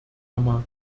noch